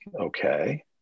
okay